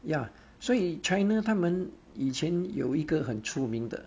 ya 所以 china 他们以前有一个很出名的